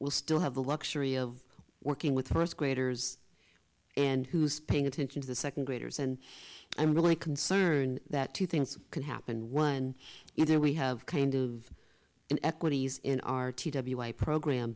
will still have the luxury of working with first graders and who's paying attention to the second graders and i'm really concerned that two things can happen when you do we have kind of in equities in our t w i program